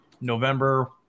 November